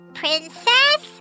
princess